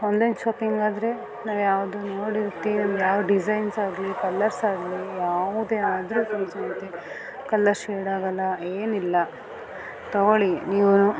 online shopping ಆದರೆ ನಾವು ಯಾವುದು ನೋಡಿರ್ತೀವಿ ಯಾವ ಡಿಸೈನ್ಸ್ ಆಗಲೀ ಕಲ್ಲರ್ಸ್ ಆಗಲೀ ಯಾವುದೇ ಆದರೂ ಫುಲ್ ಸಿಗುತ್ತೆ ಕಲರ್ ಶೇಡ್ ಆಗೋಲ್ಲ ಏನಿಲ್ಲ ತಗೋಳಿ ನೀವೂ